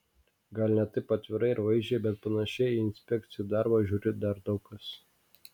gal ne taip atvirai ir vaizdžiai bet panašiai į inspekcijų darbą žiūri dar daug kas